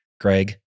Greg